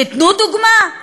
תיתנו דוגמה.